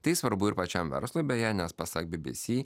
tai svarbu ir pačiam verslui beje nes pasak bbc